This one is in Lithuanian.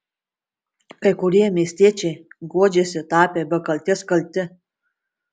kai kurie miestiečiai guodžiasi tapę be kaltės kalti